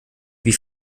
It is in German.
wie